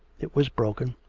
it was broken.